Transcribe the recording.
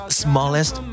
smallest